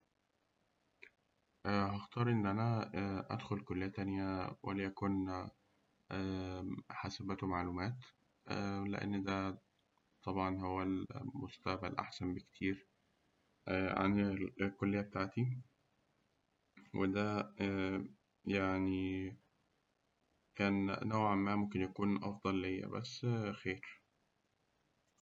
هأختار إن أنا أدخل كلية تانية وليكن حاسبات ومعلومات، لأن ده هو المستقبل أحسن بكتير عن الكلية بتاعتي وده يعني كان نوعاً ما ممكن يكون أفضل ليا بس خير.